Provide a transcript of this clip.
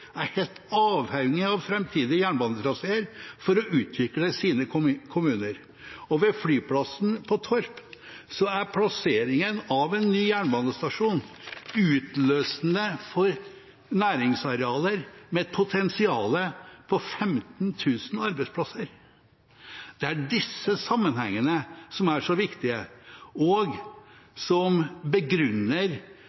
er helt avhengig av framtidige jernbanetraseer for å utvikle sine kommuner, og ved flyplassen på Torp er plasseringen av en ny jernbanestasjon utløsende for næringsarealer med et potensial på 15 000 arbeidsplasser. Det er disse sammenhengene som er så viktige, og